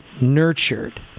nurtured